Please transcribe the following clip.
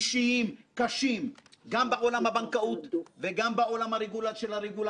אילולא ההחלטה שנבעה מקוצר הזמן חד-משמעית